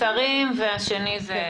בסך